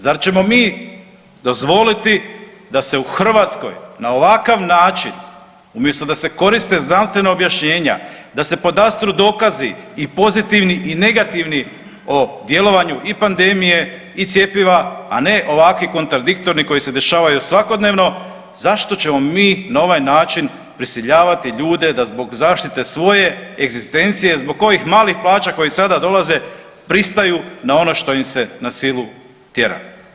Zar ćemo mi dozvoliti da se u Hrvatskoj na ovakav način, umjesto da se koriste znanstvena objašnjenja, da se podastru dokazi i pozitivni i negativni o djelovanju i pandemije i cjepiva, a ne ovakvi kontradiktorni koji se dešavaju svakodnevno zašto ćemo mi na ovaj način prisiljavati ljude da zbog zaštite svoje egzistencije, zbog ovih malih plaća koji sada dolaze pristaju na ono na što im se na silu tjera.